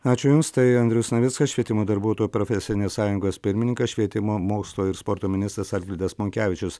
ačiū jums tai andrius navickas švietimo darbuotojų profesinės sąjungos pirmininkas švietimo mokslo ir sporto ministras algirdas monkevičius